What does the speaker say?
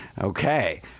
Okay